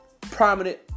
prominent